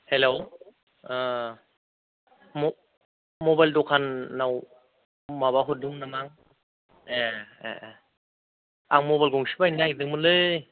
हेल' ओ मबाइल दखानाव माबा हरदोंमोन नामा आं ए ए ए आं मबाइल गंसे बायनो नागेरदोंमोनलै